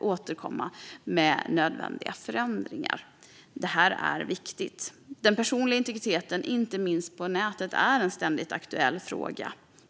återkomma med nödvändiga förändringar. Det här är viktigt. Den personliga integriteten, inte minst på nätet, är en ständigt aktuell fråga.